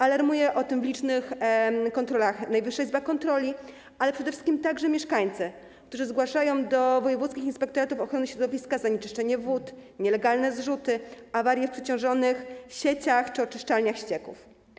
Alarmuje o tym w licznych kontrolach Najwyższa Izba Kontroli, ale przede wszystkim także mieszkańcy, którzy zgłaszają do wojewódzkich inspektoratów ochrony środowiska zanieczyszczenie wód, nielegalne zrzuty, awarie w przeciążonych sieciach czy oczyszczalniach ścieków.